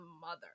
mother